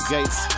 Gates